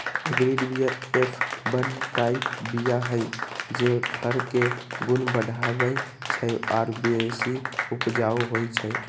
hybrid बीया F one type बीया हई जे फर के गुण बढ़बइ छइ आ बेशी उपजाउ होइ छइ